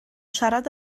siarad